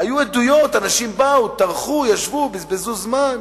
היו עדויות, אנשים באו, טרחו, ישבו, בזבזו זמן.